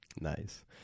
Nice